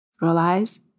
realize